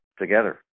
together